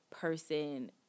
person